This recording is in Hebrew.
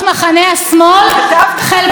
גם לך אני אענה לגופו של עניין.